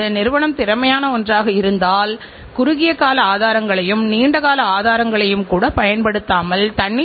எனவே நம்மிடம்பன்னாட்டு நிறுவனங்களிலிருந்து வரும் ஸ்கூட்டர்கள்மட்டுமே உள்ளன